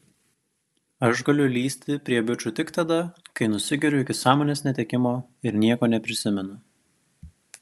aš galiu lįsti prie bičų tik tada kai nusigeriu iki sąmonės netekimo ir nieko neprisimenu